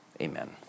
Amen